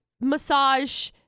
massage